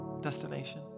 destination